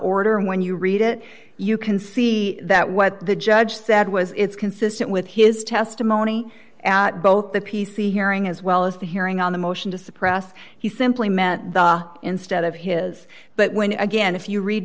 order and when you read it you can see that what the judge said was it's consistent with his testimony at both the p c hearing as well as the hearing on the motion to suppress he simply meant instead of his but when again if you read